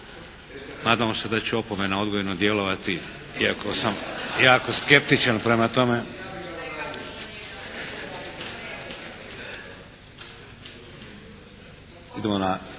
Nadamo se da će opomena odgojno djelovati iako sam jako skeptičan prema tome. Idemo na